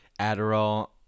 Adderall